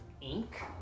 ink